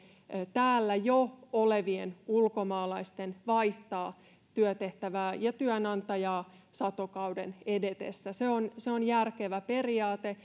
täällä jo olevien ulkomaalaisten vaihtaa työtehtävää ja työnantajaa satokauden edetessä se on se on järkevä periaate